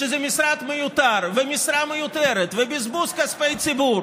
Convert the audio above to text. שזה משרד מיותר ומשרה מיותרת ובזבוז כספי ציבור,